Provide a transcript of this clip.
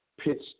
pitched